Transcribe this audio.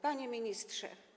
Panie Ministrze!